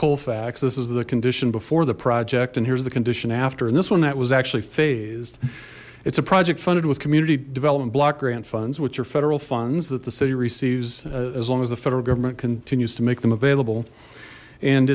colfax this is the condition before the project and here's the condition after and this one that was actually phased it's a project funded with community development block grant funds which are federal funds that the city receives as long as the federal government continues to make them available and